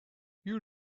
you